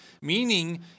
Meaning